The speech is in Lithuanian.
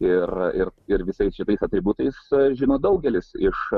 ir ir ir visais šitais atributais žino daugelis iš